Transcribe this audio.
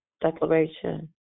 declaration